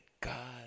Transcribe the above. God